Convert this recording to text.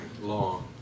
long